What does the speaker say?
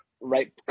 right